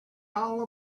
all